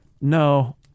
No